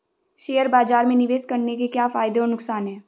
Share बाज़ार में निवेश करने के क्या फायदे और नुकसान हैं?